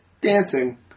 Dancing